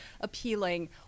appealing